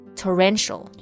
torrential